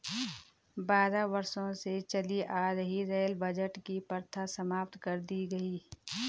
बारह वर्षों से चली आ रही रेल बजट की प्रथा समाप्त कर दी गयी